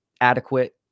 adequate